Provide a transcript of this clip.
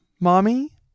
mommy